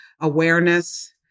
awareness